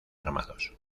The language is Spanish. armados